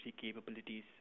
capabilities